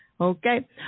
Okay